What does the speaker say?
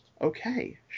Okay